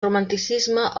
romanticisme